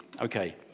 okay